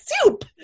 soup